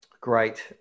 Great